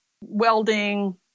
welding